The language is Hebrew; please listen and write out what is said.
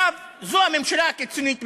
זו הממשלה הקיצונית ביותר,